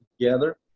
together